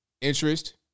interest